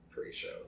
pre-show